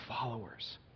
followers